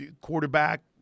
quarterback